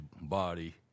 body